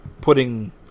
putting